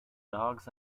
dogs